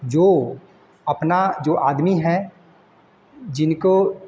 जो अपना जो आदमी है जिनको